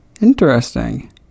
Interesting